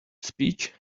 speech